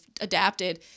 adapted